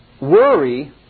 worry